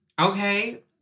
okay